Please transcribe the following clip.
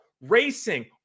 racing